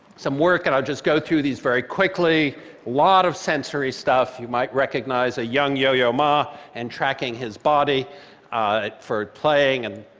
some work, and i'll just go through these very quickly, a lot of sensory stuff. you might recognize a young yo-yo ma and tracking his body for playing and